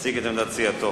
יציג את עמדת סיעתו.